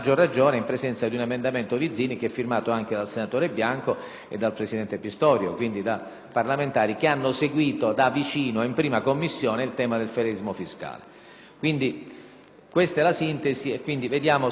e dal presidente Pistorio; quindi da parlamentari che hanno seguito da vicino, in 1a Commissione permanente, il tema del federalismo fiscale. Questa è la sintesi. Vediamo pertanto se possiamo muoverci in questo solco durante l'espressione dei pareri e le votazioni.